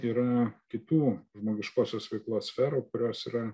yra kitų žmogiškosios veiklos sferų kurios yra